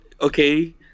Okay